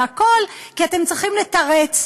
והכול כי אתם צריכים לתרץ,